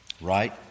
Right